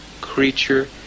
creature